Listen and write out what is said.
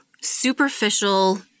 superficial